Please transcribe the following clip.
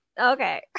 okay